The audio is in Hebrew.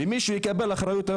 מישהו צריך לקבל אחריות,